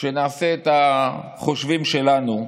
כשנעשה את החושבים שלנו,